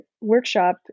workshop